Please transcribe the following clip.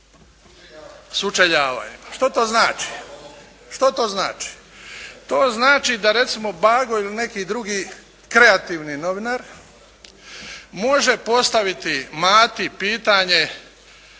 sučeljavanjima? Što to znači? To znači da recimo Bago ili neki drugi kreativni novinar može postaviti Mati pitanje